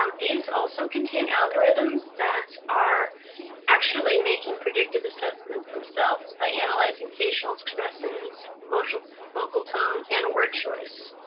um these also contain algorithms that are actually making predictive assessments themselves by analyzing facial expressions, vocal vocal tone, and word choice.